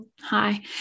Hi